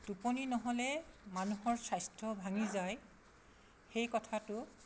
টোপনি নহ'লে মানুহৰ স্বাস্থ্য ভাঙি যায় সেই কথাটো